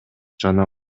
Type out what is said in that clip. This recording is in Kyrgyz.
жана